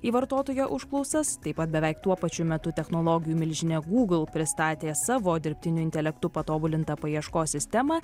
į vartotojo užklausas taip pat beveik tuo pačiu metu technologijų milžinė google pristatė savo dirbtiniu intelektu patobulintą paieškos sistemą